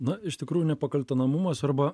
na iš tikrųjų nepakaltinamumas arba